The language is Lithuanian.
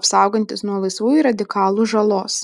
apsaugantis nuo laisvųjų radikalų žalos